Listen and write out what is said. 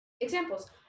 examples